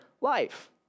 life